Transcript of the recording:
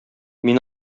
мин